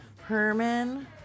Herman